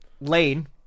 Lane